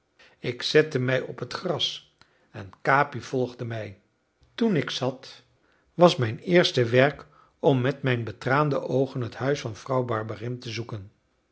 ik zette mij op het gras en capi volgde mij toen ik zat was mijn eerste werk om met mijn betraande oogen het huis van vrouw barberin te zoeken